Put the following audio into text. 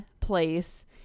place